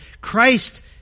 Christ